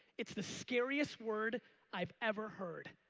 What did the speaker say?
it's the scariest word i've ever heard,